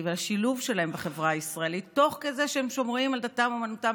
ולשילוב שלהם בחברה הישראלית תוך כדי שהם שומרים על דתם אומנותם,